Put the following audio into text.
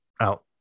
out